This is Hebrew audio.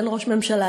אין ראש ממשלה,